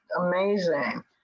amazing